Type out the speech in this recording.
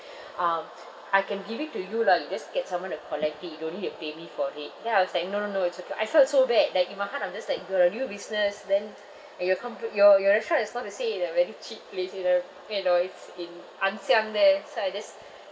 um I can give it to you lah you just get someone to collect it you don't need to pay me for it then I was like no no no it's okay I felt so bad like in my heart I'm just like you got a new business then uh your compa~ your your restaurant is not to say in a very cheap place in a you know it's in ann siang there so I just